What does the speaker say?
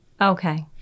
Okay